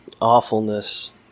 awfulness